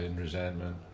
resentment